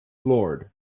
lord